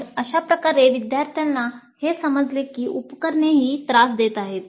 तर अशा प्रकारे विद्यार्थ्याला हे समजले की उपकरणे ही त्रास देत आहेत